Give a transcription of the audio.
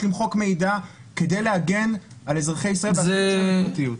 למחוק מידע כדי להגן על אזרחי ישראל בסוגיית הפרטיות?